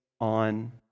on